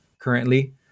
Currently